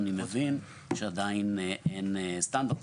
אני מבין שעדיין אין סטנדרט,